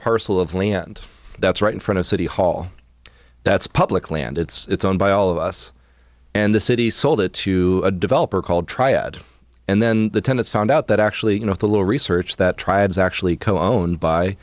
parcel of land that's right in front of city hall that's public land it's owned by all of us and the city sold it to a developer called triad and then the tenants found out that actually you know the little research that tribes actually coned by